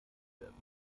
werden